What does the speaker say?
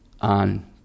on